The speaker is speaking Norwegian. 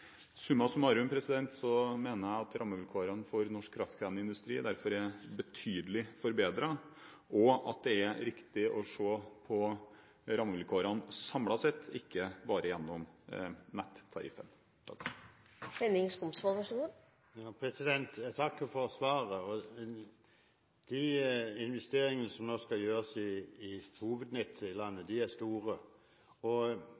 Summa summarum mener jeg at rammevilkårene for norsk kraftkrevende industri er betydelig forbedret, og at det er riktig å se på rammevilkårene samlet sett, ikke bare gjennom nettariffen. Jeg takker for svaret. De investeringene som nå skal gjøres i hovednettet i landet, er store. Mange bedrifter innen denne kraftproduksjonen er veldig bekymret over at avgiftene blir for høye. De protesterer og